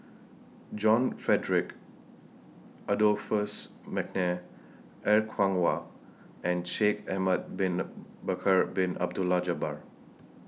John Frederick Adolphus Mcnair Er Kwong Wah and Shaikh Ahmad Bin Bakar Bin Abdullah Jabbar